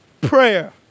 prayer